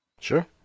Sure